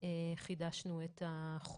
חידשנו אותו.